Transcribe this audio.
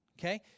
okay